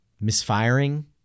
misfiring